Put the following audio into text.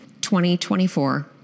2024